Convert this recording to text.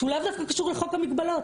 שהם לאו דווקא קשורים לחוק המגבלות,